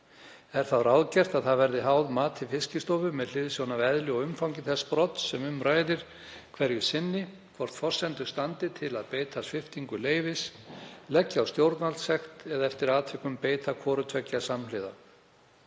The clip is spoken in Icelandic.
Er þá ráðgert að það verði háð mati Fiskistofu með hliðsjón af eðli og umfangi þess brots sem um ræðir hverju sinni hvort forsendur standi til að beita sviptingu leyfis, leggja á stjórnvaldssekt eða eftir atvikum beita hvoru tveggja samhliða.